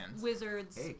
Wizards